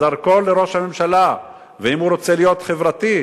זרקור לראש הממשלה, אם הוא רוצה להיות חברתי,